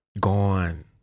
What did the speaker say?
gone